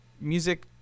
music